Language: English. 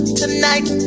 tonight